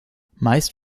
meist